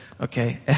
okay